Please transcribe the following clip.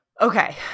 Okay